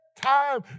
time